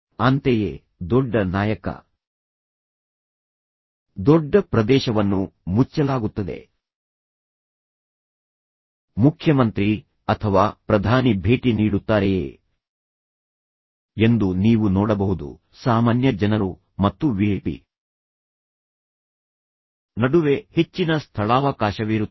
ಅಂತೆಯೇ ದೊಡ್ಡ ನಾಯಕ ದೊಡ್ಡ ಪ್ರದೇಶವನ್ನು ಮುಚ್ಚಲಾಗುತ್ತದೆ ಮುಖ್ಯಮಂತ್ರಿ ಅಥವಾ ಪ್ರಧಾನಿ ಭೇಟಿ ನೀಡುತ್ತಾರೆಯೇ ಎಂದು ನೀವು ನೋಡಬಹುದು ಸಾಮಾನ್ಯ ಜನರು ಮತ್ತು ವಿಐಪಿ ನಡುವೆ ಹೆಚ್ಚಿನ ಸ್ಥಳಾವಕಾಶವಿರುತ್ತದೆ